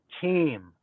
team